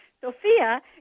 Sophia